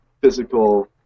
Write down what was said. physical